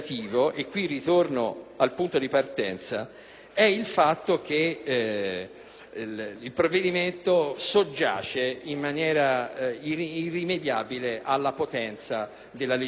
il provvedimento soggiace in maniera irrimediabile alla potenza della legge finanziaria.